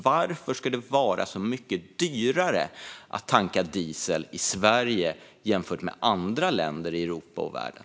Varför ska det vara så mycket dyrare att tanka diesel i Sverige jämfört med andra länder i Europa och världen?